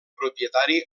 propietari